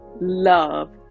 love